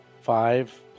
Five